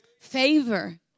favor